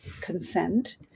consent